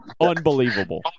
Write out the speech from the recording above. unbelievable